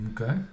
Okay